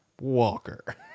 Walker